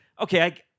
okay